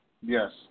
Yes